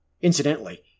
Incidentally